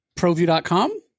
ProView.com